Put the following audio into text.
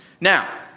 Now